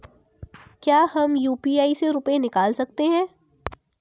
क्या हम यू.पी.आई से रुपये निकाल सकते हैं?